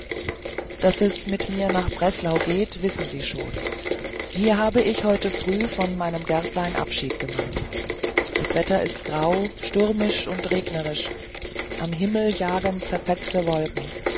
daß es mit mir nach breslau geht wissen sie wohl schon hier habe ich heute früh von meinem gärtlein abschied genommen das wetter ist grau stürmisch und regnerisch am himmel jagen zerfetzte wolken